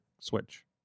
switch